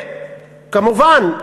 וכמובן,